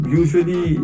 usually